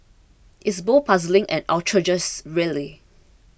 it's both puzzling and outrageous really